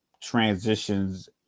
transitions –